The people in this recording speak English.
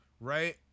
right